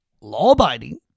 law-abiding